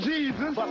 Jesus